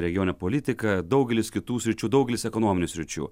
regioninė politika daugelis kitų sričių daugelis ekonominių sričių